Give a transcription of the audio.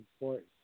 important